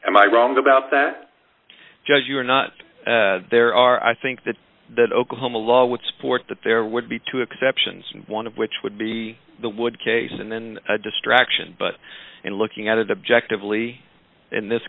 am i wrong about that judge you are not there are i think that that oklahoma law would support that there would be two exceptions one of which would be the would case and then a distraction but in looking at it objectively in this